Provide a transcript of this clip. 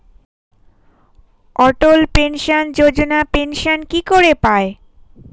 অটল pension যোজনা pension কি করে পায়?